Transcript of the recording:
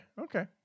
Okay